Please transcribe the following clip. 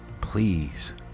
please